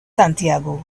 santiago